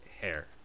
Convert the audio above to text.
Hair